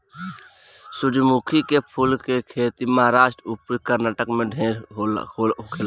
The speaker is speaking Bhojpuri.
सूरजमुखी के फूल के खेती महाराष्ट्र अउरी कर्नाटक में ढेर होखेला